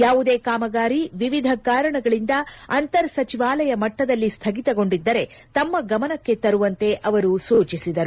ಯಾವುದೇ ಕಾಮಗಾರಿ ವಿವಿಧ ಕಾರಣಗಳಿಂದ ಅಂತರ ಸಚಿವಾಲಯ ಮಟ್ಟದಲ್ಲಿ ಸ್ಥಗಿತಗೊಂಡಿದ್ದರೆ ತಮ್ಮ ಗಮನಕ್ಕೆ ತರುವಂತೆ ಅವರು ಸೂಚಿಸಿದರು